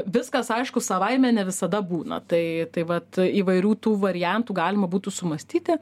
viskas aišku savaime ne visada būna tai tai vat įvairių tų variantų galima būtų sumąstyti